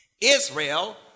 Israel